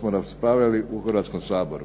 smo raspravljali u Hrvatskom saboru.